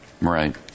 Right